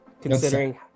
considering